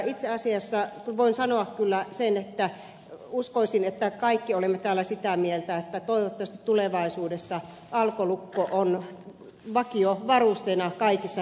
itse asiassa voin sanoa kyllä sen että uskoisin että kaikki olemme täällä sitä mieltä että toivottavasti tulevaisuudessa alkolukko on vakiovarusteena kaikissa henkilöautoissa